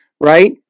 right